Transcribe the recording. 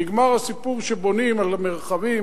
נגמר הסיפור שבונים למרחבים,